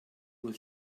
uhr